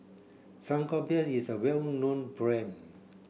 Sangobion is a well known brand